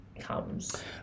comes